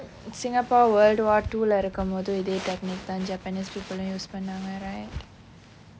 singapore world war two இல்ல இருக்கும் போது இதே:illa irukkum pothu ithe technique தான்:thaan japanese people use பண்ணாங்க:pannaanga right